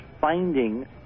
finding